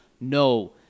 No